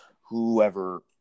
whoever